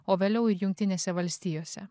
o vėliau jungtinėse valstijose